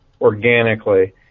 organically